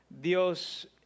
Dios